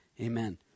Amen